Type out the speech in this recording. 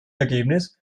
ergebnis